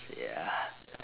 yeah